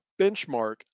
benchmark